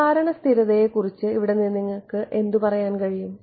പ്രചാരണ സ്ഥിരതയെക്കുറിച്ച് ഇവിടെ നിന്ന് എനിക്ക് എന്ത് പറയാൻ കഴിയും